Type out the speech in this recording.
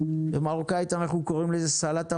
במרוקאית אנחנו קוראים לזה סלט המטבוחה.